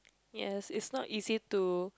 yes it's not easy to